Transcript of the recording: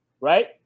right